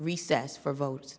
recess for vote